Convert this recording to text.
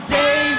day